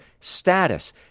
status